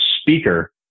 Speaker